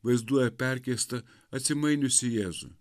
vaizduoja perkeistą atsimainiusį jėzų